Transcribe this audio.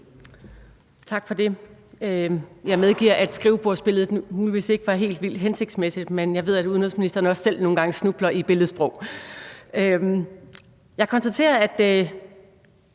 Tak for det. Jeg medgiver, at skrivebordsbilledet muligvis ikke var helt vildt hensigtsmæssigt, men jeg ved, at udenrigsministeren også selv nogle gange snubler i billedsprog. Jeg konstaterer, at